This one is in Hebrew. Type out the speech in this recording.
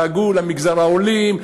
דאגו למגזר העולים.